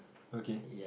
okay